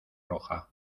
roja